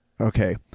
Okay